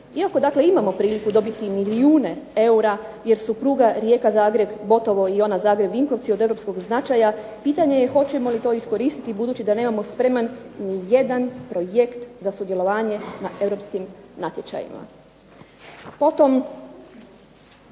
dakle imamo priliku dobiti milijune eura jer su pruga Rijeka-Zagreb, gotovo i ona Zagreb-Vinkovci od europskog značaja pitanje je hoćemo li to iskoristiti budući da nemamo spreman nijedan projekt za sudjelovanje na europskim natječajima. Potom